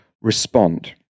respond